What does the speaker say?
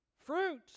Fruit